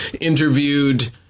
interviewed